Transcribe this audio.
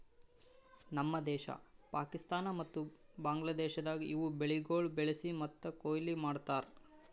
ನಮ್ ದೇಶ, ಪಾಕಿಸ್ತಾನ ಮತ್ತ ಬಾಂಗ್ಲಾದೇಶದಾಗ್ ಇವು ಬೆಳಿಗೊಳ್ ಬೆಳಿಸಿ ಮತ್ತ ಕೊಯ್ಲಿ ಮಾಡ್ತಾರ್